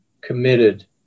committed